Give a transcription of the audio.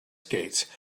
skates